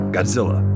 Godzilla